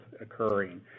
occurring